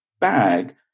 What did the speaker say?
bag